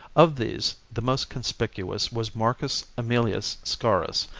of these the most conspicuous was marcus aemilius scaurus,